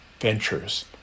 ventures